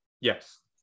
Yes